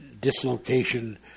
dislocation